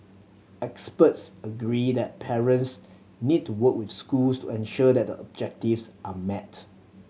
experts agree that parents need to work with schools and ensure that a are met